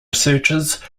researchers